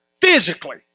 physically